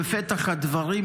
בפתח הדברים,